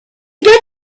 get